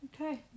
Okay